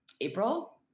April